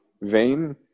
vain